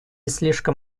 слишком